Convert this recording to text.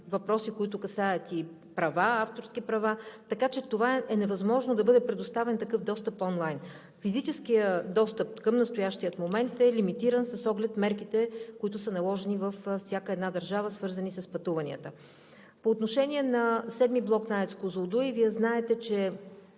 въпроси, които касаят авторски права, така че е невъзможно да бъде предоставен достъп онлайн. Физическият достъп към настоящия момент е лимитиран с оглед мерките, които са наложени във всяка една държава, свързани с пътуванията. По отношение на VII блок на АЕЦ „Козлодуй“. Вие знаете, че